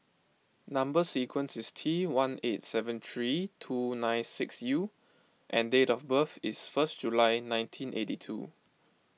Number Sequence is T one eight seven three two nine six U and date of birth is first July nineteen eighty two